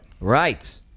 Right